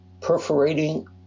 Perforating